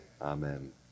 Amen